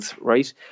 right